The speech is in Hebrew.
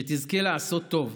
שתזכה לעשות טוב.